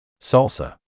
Salsa